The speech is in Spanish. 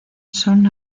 son